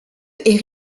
est